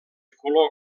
color